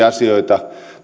asioita